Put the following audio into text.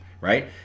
right